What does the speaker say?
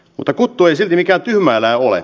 lutakko toisin eikä tyhmällä ohi